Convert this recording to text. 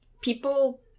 people